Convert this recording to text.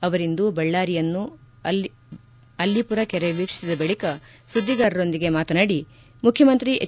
ಅವರಿಂದು ಬಳ್ಳಾರಿಯನ್ನು ಅಲ್ಲಿಪುರ ಕೆರೆ ವೀಕ್ಷಿಸಿದ ಬಳಿಕ ಸುದ್ದಿಗಾರರೊಂದಿಗೆ ಮಾತನಾಡಿ ನಮ್ಮ ಮುಖ್ಯಮಂತ್ರಿ ಎಚ್